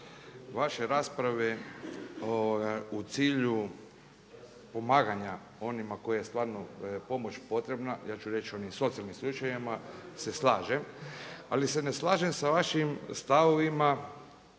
vaše rasprave u cilju pomaganja onima kojima je stvarno pomoć potrebna, ja ću reći u onim socijalnim slučajevima se slažem, ali se ne slažem sa vašim stavovima